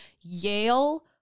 Yale